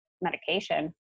medication